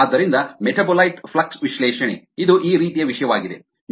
ಆದ್ದರಿಂದ metabolite flux ವಿಶ್ಲೇಷಣೆ ಇದು ಈ ರೀತಿಯ ವಿಷಯವಾಗಿದೆ